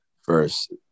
first